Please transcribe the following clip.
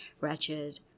wretched